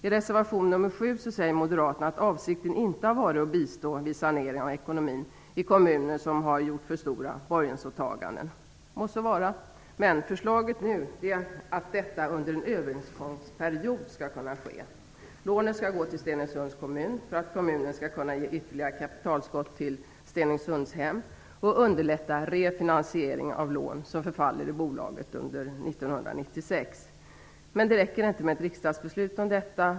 I reservation nr 7 framhåller moderaterna att avsikten inte har varit att bistå vid saneringen av ekonomin i kommuner som har gjort för stora borgensåtaganden. Det må så vara, men förslaget nu är att detta skall kunna ske under en övergångsperiod. Lånet skall gå till Stenungsunds kommun för att kommunen skall kunna ge ytterligare kapitaltillskott till Stenungsundshem och underlätta refinansieringen av lån som förfaller i bolaget under 1996. Det räcker inte med ett riksdagsbeslut om detta.